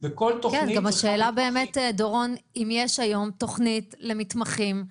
--- כן וגם השאלה באמת דורון אם יש היום תוכנית למתמחים,